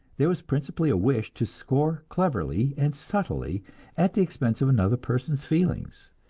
there was principally a wish to score cleverly and subtly at the expense of another person's feelings.